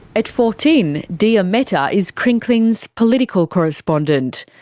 at fourteen, diya mehta is crinkling's political correspondent.